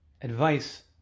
advice